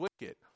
wicked